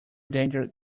dangerous